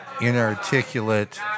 Inarticulate